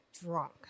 drunk